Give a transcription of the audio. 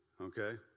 okay